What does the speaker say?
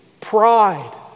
pride